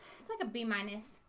it's like a b-minus